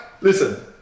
Listen